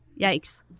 yikes